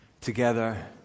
together